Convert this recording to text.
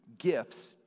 gifts